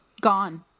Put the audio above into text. Gone